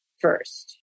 first